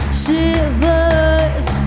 shivers